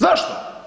Zašto?